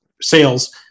sales